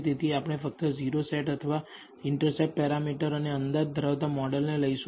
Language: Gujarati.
તેથી આપણે પહેલા ફક્ત o સેટ અથવા ઇન્ટરસેપ્ટ પેરામીટર અને અંદાજ ધરાવતા મોડેલને લઈશું